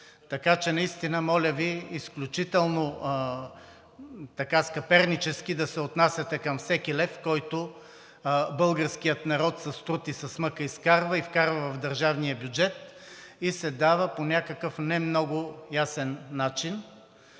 Така че наистина, моля Ви изключително скъпернически да се отнасяте към всеки лев, който българският народ с труд и с мъка изкарва и вкарва в държавния бюджет и се дава по някакъв не много ясен начин.